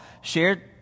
shared